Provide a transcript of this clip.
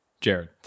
Jared